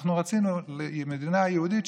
אנחנו רצינו מדינה יהודית,